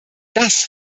das